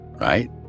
right